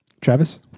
Travis